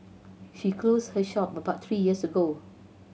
she closed her shop about three years ago